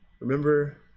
remember